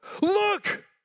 Look